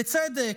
בצדק,